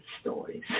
stories